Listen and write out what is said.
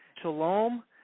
shalom